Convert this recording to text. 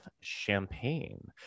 champagne